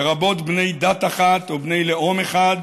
לרבות בני דת אחת או בני לאום אחד,